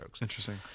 interesting